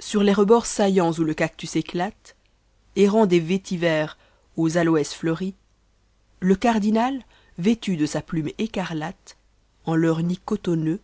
sur les rebords saillants où le cactus éclate errant des vétivers aux aloès fleuris le cardinal vctm de sa plume écariatc en leurs nids cotonneux